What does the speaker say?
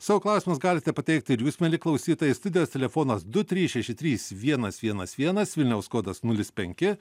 savo klausimus galite pateikti ir jūs mieli klausytojai studijos telefonas du trys šeši trys vienas vienas vienas vilniaus kodas nulis penki